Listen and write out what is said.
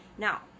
Now